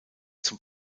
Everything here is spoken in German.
zum